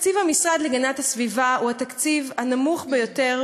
תקציב המשרד להגנת הסביבה הוא התקציב הנמוך ביותר